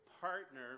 partner